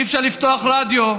אי-אפשר לפתוח רדיו,